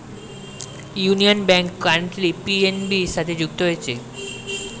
union Bank currently PNB সাথে যুক্ত হয়েছে